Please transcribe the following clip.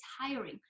hiring